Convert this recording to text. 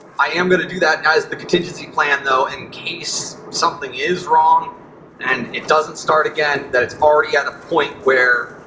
i am gonna do that as the contingency plan, though, in case something is wrong and it doesn't start again, then it's already at a point where,